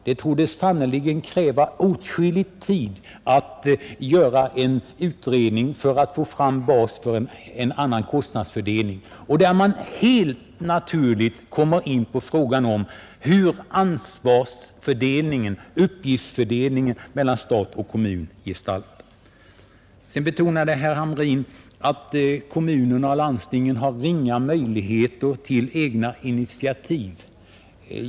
Det torde sannerligen kräva åtskillig tid att göra en utredning för att få fram en bas för en annan kostnadsfördelning. Man kommer helt naturligt in på frågan hur ansvarsfördelningen och uppgiftsfördelningen mellan stat och kommun gestaltar sig. Sedan betonade herr Hamrin att kommunerna och landstingen har ringa möjligheter till egna initiativ.